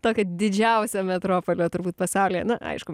tokio didžiausio metropolio turbūt pasaulyje na aišku